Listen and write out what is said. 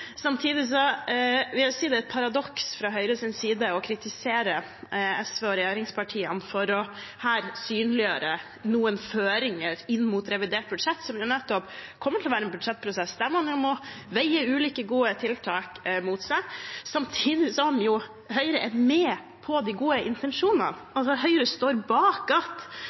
vil jeg si det er et paradoks fra Høyres side å kritisere SV og regjeringspartiene for å synliggjøre noen føringer inn mot revidert budsjett, som nettopp kommer til å være en budsjettprosess der man må veie ulike gode tiltak mot hverandre, samtidig som Høyre er med på de gode intensjonene. Altså: Høyre står bak at